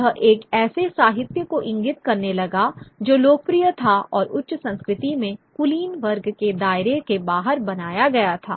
यह एक ऐसे साहित्य को इंगित करने लगा जो लोकप्रिय था और उच्च संस्कृति में कुलीन वर्ग के दायरे के बाहर बनाया गया था